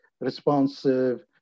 responsive